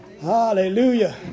Hallelujah